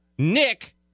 Nick